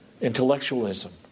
intellectualism